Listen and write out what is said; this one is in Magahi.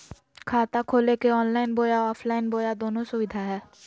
खाता खोले के ऑनलाइन बोया ऑफलाइन बोया दोनो सुविधा है?